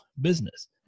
business